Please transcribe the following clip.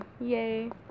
Yay